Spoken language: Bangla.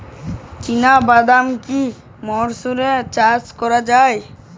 চিনা বাদাম কি রবি মরশুমে চাষ করা যায়?